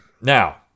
Now